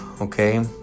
okay